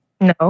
No